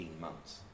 months